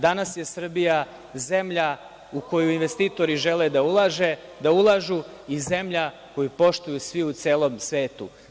Danas je Srbija zemlja u koju investitori žele da ulažu i zemlja koju poštuju svi u celom svetu.